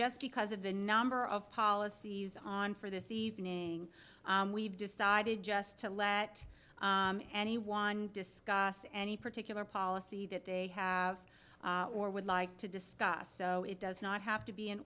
just because of the number of policies on for this evening we've decided just to let anyone discuss any particular policy that they have or would like to discuss so it does not have to be